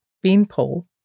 Beanpole